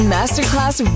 Masterclass